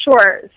Sure